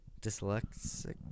Dyslexic